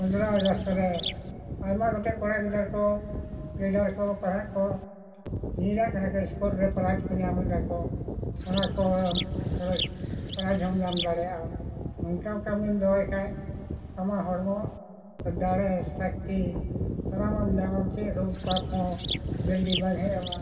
ᱯᱚᱱᱨᱚ ᱟᱜᱚᱥᱴ ᱨᱮ ᱟᱭᱢᱟ ᱜᱚᱴᱮᱱ ᱠᱚᱲᱟ ᱜᱤᱫᱟᱹᱨ ᱠᱚ ᱜᱤᱫᱟᱹᱨ ᱠᱚ ᱯᱟᱲᱦᱟᱜ ᱠᱚ ᱧᱤᱨᱟᱜ ᱠᱟᱱᱟ ᱠᱚ ᱥᱯᱳᱨᱴ ᱨᱮ ᱯᱨᱟᱭᱤᱡ ᱠᱚ ᱧᱟᱢ ᱮᱫᱟ ᱠᱚ ᱚᱱᱟ ᱠᱚ ᱯᱨᱟᱭᱤᱡ ᱦᱚᱸᱢ ᱧᱟᱢ ᱫᱟᱲᱮᱭᱟᱜᱼᱟ ᱱᱚᱝᱠᱟ ᱠᱟᱹᱢᱤᱢ ᱫᱚᱦᱚᱭ ᱠᱷᱟᱱ ᱟᱢᱟᱜ ᱦᱚᱲᱢᱚ ᱫᱟᱲᱮ ᱥᱚᱠᱛᱤ ᱥᱟᱱᱟᱢᱟᱜ ᱮᱢ ᱧᱟᱢᱟ ᱪᱮᱫ ᱨᱳᱜᱽ ᱯᱟᱯ ᱦᱚᱸ ᱡᱚᱞᱫᱤ ᱵᱟᱝ ᱦᱮᱡ ᱟᱢᱟ